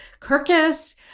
Kirkus